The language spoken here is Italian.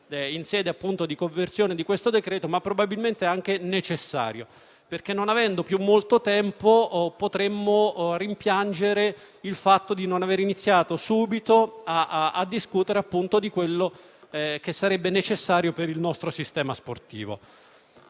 in sede di conversione, ma probabilmente anche necessario, perché, non avendo più molto tempo, potremmo rimpiangere il fatto di non avere iniziato subito a discutere di ciò che sarebbe necessario per il nostro sistema sportivo.